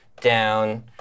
down